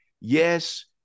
Yes